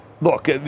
Look